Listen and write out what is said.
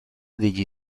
degli